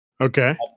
Okay